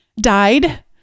Died